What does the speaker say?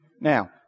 Now